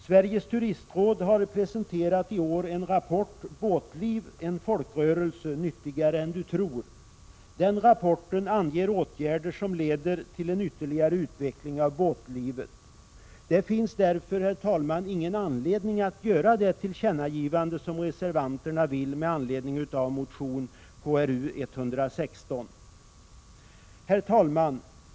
Sveriges turistråd har i år presenterat en rapport: ”Båtliv — en folkrörelse. Nyttigare än du tror.” Den rapporten anger åtgärder som leder till en ytterligare utveckling av båtlivet. Det finns därför, herr talman, ingen anledning att göra det tillkännagivande som reservanterna vill göra med anledning av motion Kr116. Herr talman!